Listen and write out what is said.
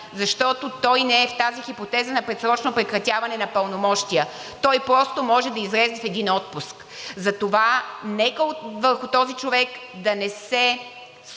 защото той не е в тази хипотеза на предсрочно прекратяване на пълномощия, а просто може да излезе в отпуск. Затова нека върху него да не се